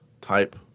Type